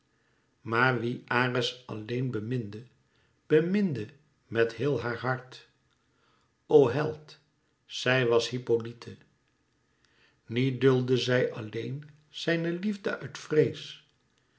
maar wie ares alleen beminde beminde met heel haar hart o held zij was hippolyte niet dùldde zij alleen zijne liefde uit vrees